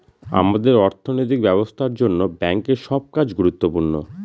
আমাদের অর্থনৈতিক ব্যবস্থার জন্য ব্যাঙ্কের সব কাজ গুরুত্বপূর্ণ